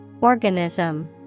Organism